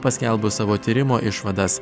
paskelbus savo tyrimo išvadas